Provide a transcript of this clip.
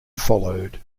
followed